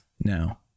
now